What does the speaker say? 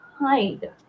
hide